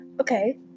Okay